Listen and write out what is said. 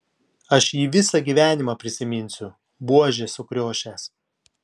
aš jį visą gyvenimą prisiminsiu buožė sukriošęs